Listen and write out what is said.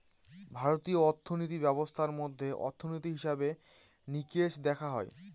ভারতীয় অর্থিনীতি ব্যবস্থার মধ্যে অর্থনীতি, হিসেবে নিকেশ দেখা হয়